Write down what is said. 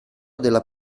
della